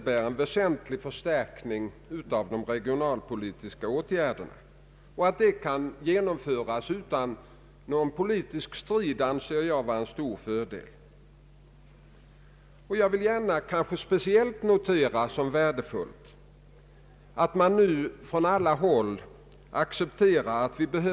Han erkände inte det dilemma man här befinner sig i.